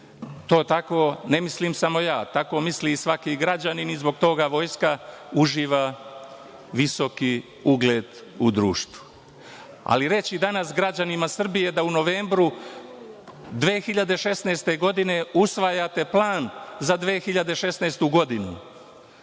To tako ne mislim samo ja, tako misli i svaki građanin, i zbog toga vojska uživa visoki ugled u društvu. Ali, reći danas građanima Srbije da u novembru 2016. godine usvajate plan za 2016. godinu,